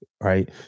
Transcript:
right